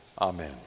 amen